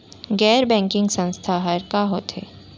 गैर बैंकिंग संस्था ह का होथे?